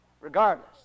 regardless